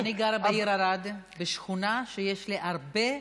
אני גרה בעיר ערד, בשכונה, יש לי הרבה שכנים,